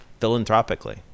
philanthropically